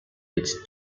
its